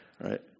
right